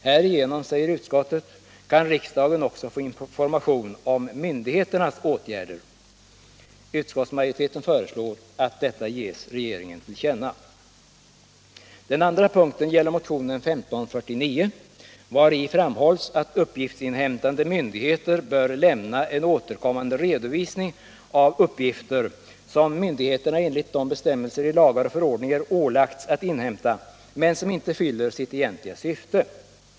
Härigenom, säger utskottet, kan riksdagen också få information om myndigheternas åtgärder. Utskottsmajoriteten föreslår att detta ges regeringen till känna. Den andra punkten gäller motionen 1549, vari framhålls att uppgiftsinhämtande myndigheter bör lämna en återkommande redovisning av uppgifter som myndigheterna enligt bestämmelser i lagar och förordningar ålagts att inhämta men som inte fyller sitt egentliga syfte.